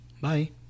Bye